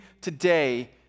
today